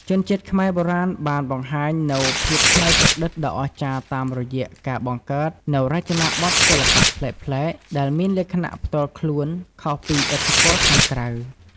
ជនជាតិខ្មែរបុរាណបានបង្ហាញនូវភាពច្នៃប្រឌិតដ៏អស្ចារ្យតាមរយៈការបង្កើតនូវរចនាបថសិល្បៈប្លែកៗ ដែលមានលក្ខណៈផ្ទាល់ខ្លួនខុសពីឥទ្ធិពលខាងក្រៅ។